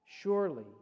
Surely